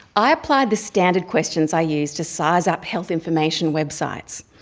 i applied the standard questions i use to size up health information websites.